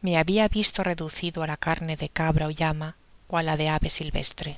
me habia visto reducido á la carne de cabra ó llama ó á la de ave silvestre